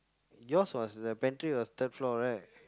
yours was the pantry was third floor right